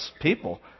people